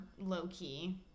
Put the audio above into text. low-key